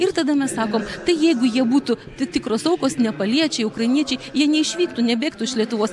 ir tada mes sakom tai jeigu jie būtų tai tikros aukos nepaliečiai ukrainiečiai jie neišvyktų nebėgtų iš lietuvos